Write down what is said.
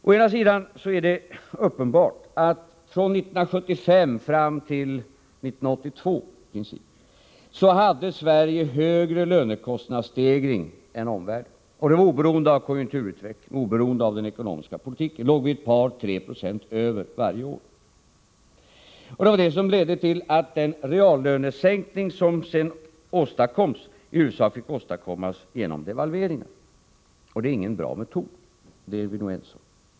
Å ena sidan är det uppenbart att Sverige ungefär från 1975 fram till 1982 hade högre lönekostnadsstegring än omvärlden. Oberoende av konjunkturutvecklingen och av den ekonomiska politiken var den ett par tre procent högre i Sverige varje år. Det var detta som ledde till att den reallönesänkning som sedan skedde i huvudsak fick åstadkommas genom devalveringen. Det är ingen bra metod — det är vi nog ense om.